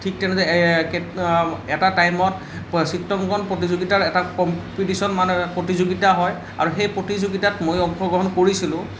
ঠিক তেনেদৰে এটা টাইমত চিত্ৰাঙ্কন প্ৰতিযোগিতাৰ এটা কম্পিটিচন মানে প্ৰতিযোগিতা হয় আৰু সেই প্ৰতিযোগিতাত মইয়ো অংশগ্ৰহণ কৰিছিলোঁ